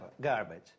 garbage